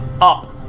up